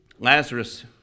Lazarus